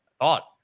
thought